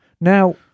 now